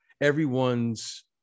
everyone's